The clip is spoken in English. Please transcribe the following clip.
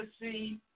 see